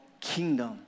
kingdom